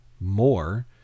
more